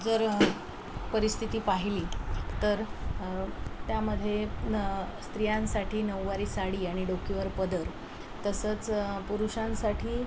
जर परिस्थिती पाहिली तर त्यामध्ये न् स्त्रियांसाठी नऊवारी साडी आणि डोकीवर पदर तसंच पुरुषांसाठी